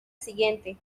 siguiente